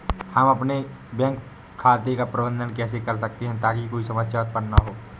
हम अपने बैंक खाते का प्रबंधन कैसे कर सकते हैं ताकि कोई समस्या उत्पन्न न हो?